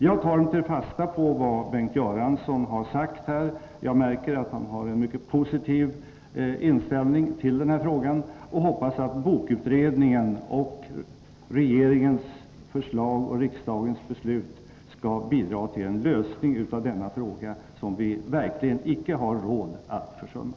Jag tar emellertid fasta på vad Bengt Göransson sagt här. Jag märker att han har en mycket positiv inställning till denna fråga. Jag hoppas att bokutredningen och regeringens förslag till riksdagens beslut skall bidra till en lösning av denna fråga, som vi verkligen inte har råd att försumma.